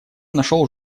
нашел